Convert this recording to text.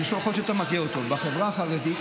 ויכול להיות שאתה מכיר אותו: בחברה החרדית,